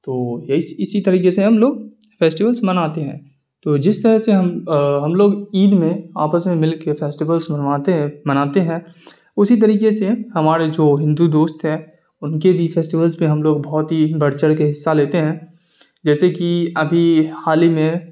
تو اس اسی طریقے سے ہم لوگ فیسٹولس مناتے ہیں تو جس طرح سے ہم ہم لوگ عید میں آپس میں مل کے فیسٹولس منواتے ہیں مناتے ہیں اسی طریقے سے ہمارے جو ہندو دوست ہیں ان کے بھی فیسٹولس پہ ہم لوگ بہت ہی بڑھ چڑھ کے حصہ لیتے ہیں جیسے کہ ابھی حال ہی میں